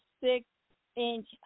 six-inch